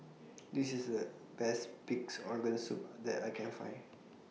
This IS The Best Pig'S Organ Soup that I Can Find